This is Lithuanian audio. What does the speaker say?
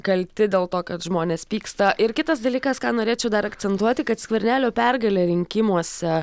kalti dėl to kad žmonės pyksta ir kitas dalykas ką norėčiau dar akcentuoti kad skvernelio pergalė rinkimuose